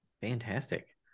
Fantastic